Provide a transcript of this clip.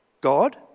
God